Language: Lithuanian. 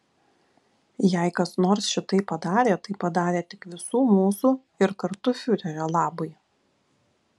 jei kas nors šitai padarė tai padarė tik visų mūsų ir kartu fiurerio labui